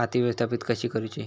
खाती व्यवस्थापित कशी करूची?